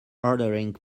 ordering